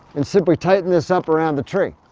and simply tighten this up around the tree.